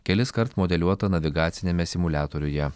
keliskart modeliuota navigaciniame simuliatoriuje